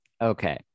Okay